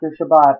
Shabbat